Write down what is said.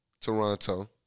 Toronto